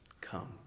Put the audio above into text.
come